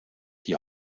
die